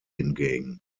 hingegen